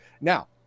Now